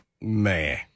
Man